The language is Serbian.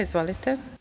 Izvolite.